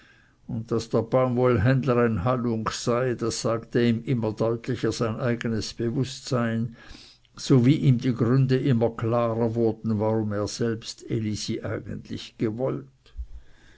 und daß der baumwollenhändler ein halunk sei das sagte ihm immer deutlicher sein eigenes bewußtsein so wie ihm die gründe immer klarer wurden warum er selbst elisi eigentlich gewollt